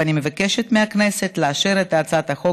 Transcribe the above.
ואני מבקשת מהכנסת לאשר את הצעת החוק